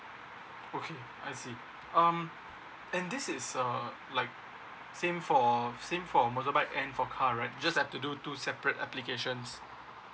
okay I see um and this is uh like same for same for motorbike and for car right just have to do two separate applications